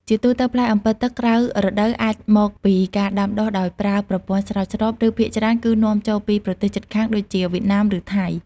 ជាទូទៅ ផ្លែអម្ពិលទឹកក្រៅរដូវអាចមកពីការដាំដុះដោយប្រើប្រព័ន្ធស្រោចស្រព ឬភាគច្រើនគឺនាំចូលពីប្រទេសជិតខាងដូចជា វៀតណាម ឬថៃ។